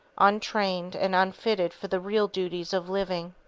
untrained and unfitted for the real duties of living.